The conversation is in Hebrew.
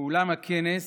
באולם הכנס